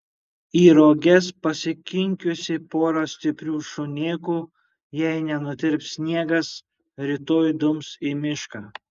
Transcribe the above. į roges pasikinkiusi porą stiprių šunėkų jei nenutirps sniegas rytoj dums į mišką